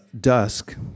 dusk